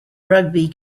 rugby